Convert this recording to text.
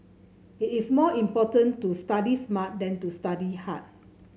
it is more important to study smart than to study hard